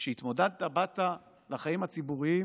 כשהתמודדת, באת לחיים הציבוריים